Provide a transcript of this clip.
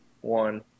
one